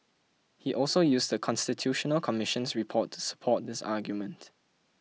he also used The Constitutional Commission's report to support this argument